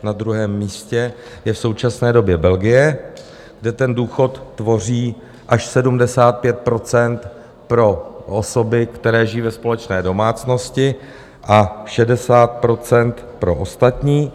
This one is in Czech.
Na druhém místě je v současné době Belgie, kde ten důchod tvoří až 75 % pro osoby, které žijí ve společné domácnosti, a 60 % pro ostatní.